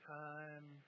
time